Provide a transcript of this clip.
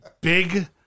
Big